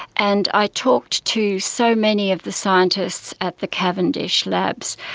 and i talked to so many of the scientists at the cavendish labs,